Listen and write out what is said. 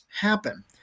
happen